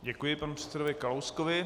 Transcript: Děkuji panu předsedovi Kalouskovi.